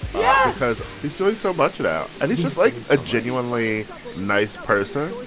yeah. because he's doing so much now, and he's just, like, a genuinely nice person.